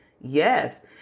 yes